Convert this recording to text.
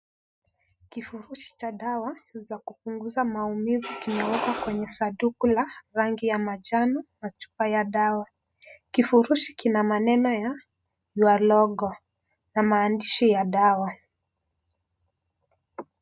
Kifurushi cha dawa za kupunguza maumivu kimewekwa kwenye sanduku la rangi ya manjano na chupa ya dawa, kifurushi kina maneno ya your logo na mandishi ya dawa.